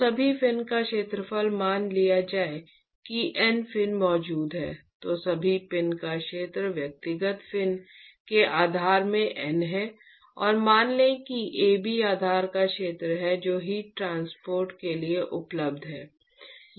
तो सभी फिन का क्षेत्रफल मान लिया जाएगा कि N फिन मौजूद हैं तो सभी फिन का क्षेत्रफल व्यक्तिगत फिन के क्षेत्र में N है और मान लें कि Ab आधार का क्षेत्र है जो हीट ट्रांसपोर्ट के लिए उपलब्ध है